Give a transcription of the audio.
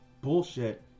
bullshit